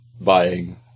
buying